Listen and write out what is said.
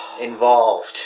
involved